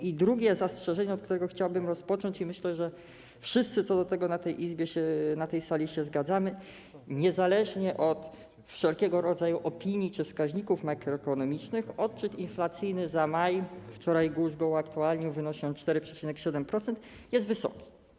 I drugie zastrzeżenie, od którego chciałbym rozpocząć i co do którego, myślę, wszyscy w tej Izbie, na tej sali się zgadzamy: niezależnie od wszelkiego rodzaju opinii czy wskaźników makroekonomicznych odczyt inflacyjny za maj - wczoraj GUS go uaktualnił, wynosi on 4,7% - jest wysoki.